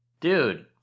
dude